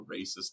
racist